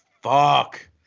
fuck